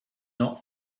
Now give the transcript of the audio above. not